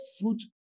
fruit